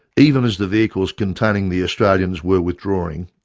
even as the vehicles containing the australians were withdrawing,